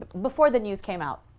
before the news came out,